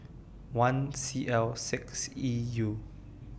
one C L six E U